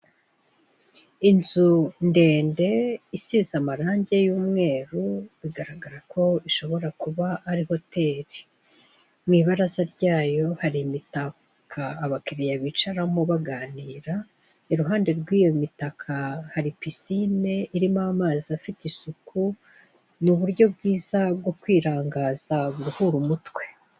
Inzu ndende isize amarangi y'umweru, bigaragara ko ishobora kuba ari hoteli. Mu ibaraza ryayo hari imitaka abakiliya bicaramo baganira, iruhande rw'iyo mitaka hari pisine irimo amazi afite isuku, ni uburyo bwiza bwo kwirangaza ngo uruhure umutwe.